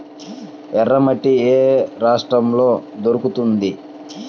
ఎర్రమట్టి ఏ రాష్ట్రంలో దొరుకుతుంది?